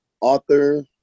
author